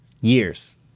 years